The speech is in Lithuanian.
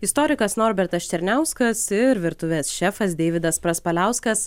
istorikas norbertas černiauskas ir virtuvės šefas deividas praspaliauskas